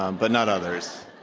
um but not others.